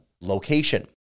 location